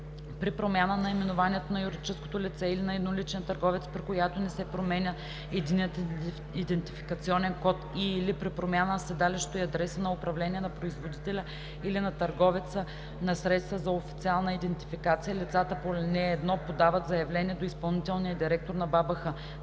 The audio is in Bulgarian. При промяна на наименованието на юридическото лице или на едноличния търговец, при която не се променя единният идентификационен код, и/или при промяна на седалището и адреса на управление на производителя или на търговеца на средства за официална идентификация, лицата по ал. 1 подават заявление до изпълнителния директор на БАБХ.